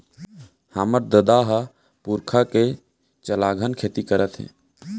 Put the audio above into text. हमर ददा ह पुरखा के चलाघन खेती करत हे